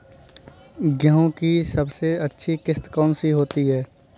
गेहूँ की सबसे अच्छी किश्त कौन सी होती है?